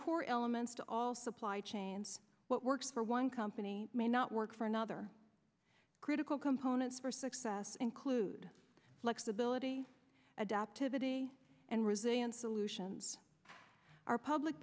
core elements to all supply chains what works for one company may not work for another critical components for success include flexibility adaptivity and resilience solutions our public